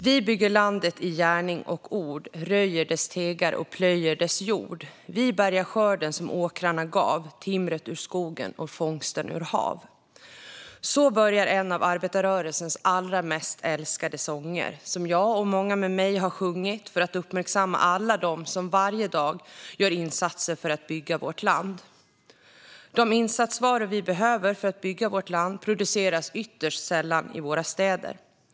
Vi bygger landet i gärning och ordröjer dess tegar och plöjer dess jordVi bärgar skörden som åkrarna gavtimret ur skogen och fångsten ur hav Så börjar en av arbetarrörelsens allra mest älskade sånger, som jag och många med mig sjungit för att uppmärksamma alla dem som varje dag gör insatser för att bygga vårt land. De insatsvaror vi behöver för att bygga vårt land produceras ytterst sällan i våra städer.